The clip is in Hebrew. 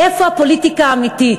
איפה הפוליטיקה האמיתית?